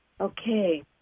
Okay